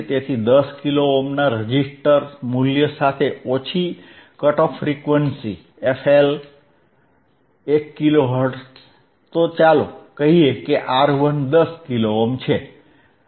તેથી 10 કિલો ઓહ્મના રેઝિસ્ટર મૂલ્ય સાથે ઓછી cut off frequency fL 1 kilo hertz તો ચાલો કહીએ કે R1 10 કિલો ઓહ્મ છે